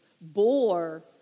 bore